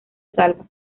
salva